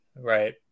Right